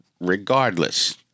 regardless